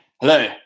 Hello